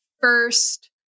first